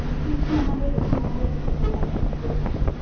ah two two hundred or two hundred and fifty lux should be good enough.